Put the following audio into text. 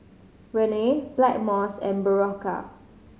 Rene Blackmores and Berocca